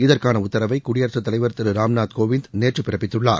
இதற்கான உத்தரவை குடியரசு தலைவர் திரு ராம்நாத் கோவிந்த் நேற்று பிறப்பித்துள்ளார்